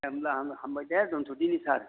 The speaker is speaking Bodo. दे होमब्ला हामबाय दे दोनथ'दिनि सार